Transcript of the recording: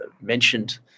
mentioned